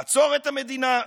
לעצור את המדינה,